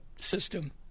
system